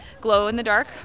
glow-in-the-dark